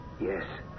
Yes